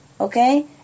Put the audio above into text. Okay